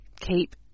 keep